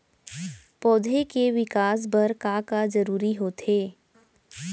पौधे के विकास बर का का जरूरी होथे?